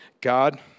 God